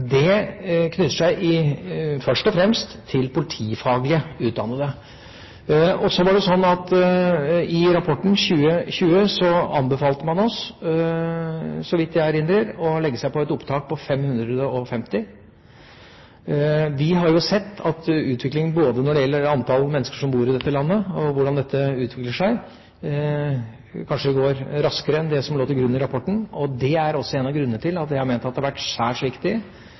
rapportene, knytter seg først og fremst til politifaglig utdannede. I rapporten Politiet mot 2020 anbefalte man – så vidt jeg erindrer – å legge seg på et opptak på 550. Vi har jo sett at utviklingen når det gjelder antall mennesker som bor i dette landet, og hvordan dette utvikler seg, kanskje går raskere enn det som lå til grunn i rapporten. Det er også en av grunnene til at jeg har ment at det har vært særs viktig